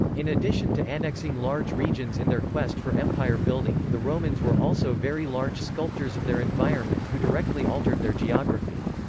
in addition to annexing large regions in their quest for empire-building, the romans were also very large sculptors of their environment who directly altered their geography.